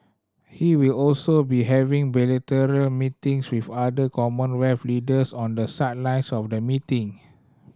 he will also be having bilateral meetings with other Commonwealth leaders on the sidelines of the meeting